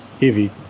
heavy